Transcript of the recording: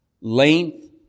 length